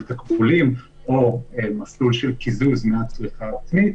תקבולים או מסלול של קיזוז מהצריכה העצמית,